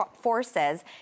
forces